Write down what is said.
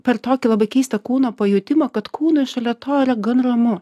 per tokį labai keistą kūno pajutimą kad kūnui šalia to yra gan ramu